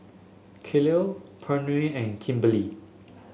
Kelli Pernell and Kimberlie